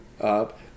up